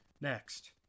next